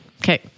Okay